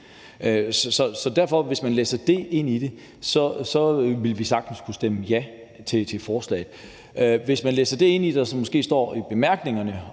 vil vi, hvis man læser det ind i det, sagtens kunne stemme ja til forslaget. Hvis man læser det, som står i bemærkningerne